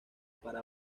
para